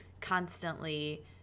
constantly